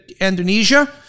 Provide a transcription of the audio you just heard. Indonesia